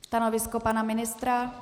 Stanovisko pana ministra?